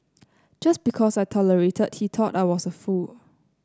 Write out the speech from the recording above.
just because I tolerated he thought I was a fool